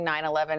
9-11